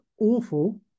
awful